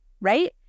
Right